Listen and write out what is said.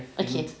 okay